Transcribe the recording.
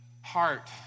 heart